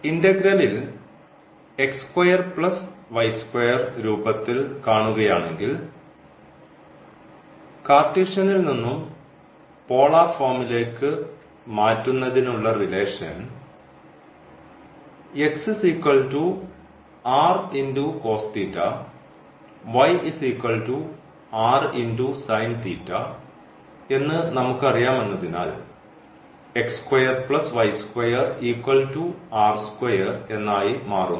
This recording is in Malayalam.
ഇന്റഗ്രലിൽ രൂപത്തിൽ കാണുകയാണെങ്കിൽ കാർട്ടീഷ്യനിൽ നിന്നും പോളാർ ഫോമിലേക്ക് മാറ്റുന്നതിനുള്ള റിലേഷൻ എന്ന് നമുക്കറിയാമെന്നതിനാൽ എന്നായി മാറുന്നു